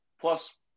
plus